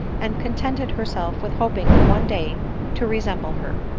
and contented herself with hoping one day to re semble her.